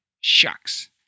Shucks